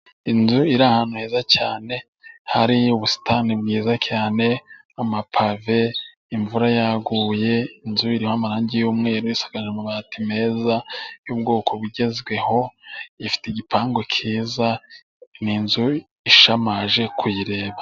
Inzu iri ahantu heza cyane hari :ubusitani bwiza cyane, amapave, imvura yaguye .Inzu irimo amarangi y'umweru isakaje amabati meza y'ubwoko bugezweho, ifite igipangu cyiza ,ni inzu ishamaje kuyireba.